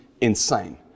insane